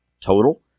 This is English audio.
total